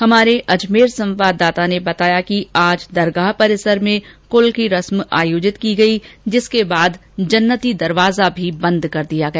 हमारे अजमेर संवाददाता ने बताया कि आज दरगाह परिसर में कुल की रस्म आयोजित की गई जिसके बाद जन्नती दरवाजा भी बंद कर दिया गया